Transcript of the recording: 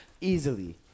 Easily